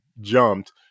jumped